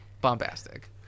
bombastic